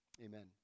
Amen